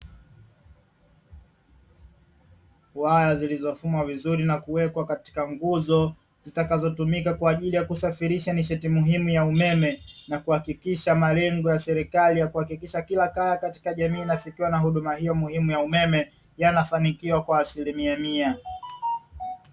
Waya zilizofumwa vizuri na kuwekwa katika nguzo zitakazotumika kwa ajili ya kusafirisha nishati muhimu ya umeme, na kuhakikisha malengo ya serikali ya kuhakikisha kila kaya katika jamii inafikiwa na huduma hiyo muhimu ya umeme yanafanikiwa kwa asilimia mia.